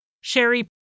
Sherry